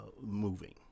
moving